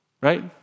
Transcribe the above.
Right